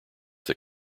that